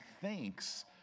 thinks